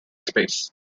space